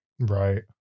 right